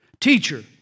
Teacher